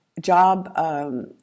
job